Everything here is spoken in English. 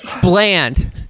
bland